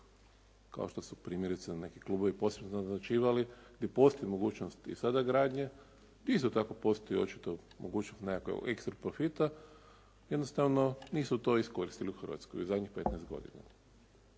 kao što su primjerice neki klubovi posebno označivali, ne postoji mogućnost i sada gradnje. Isto tako postoji mogućnost nekakvog ekstra profita, jednostavno nisu to iskoristili u Hrvatskoj zadnjih 15 godina.